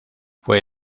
fue